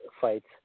fights